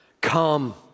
Come